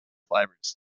fibers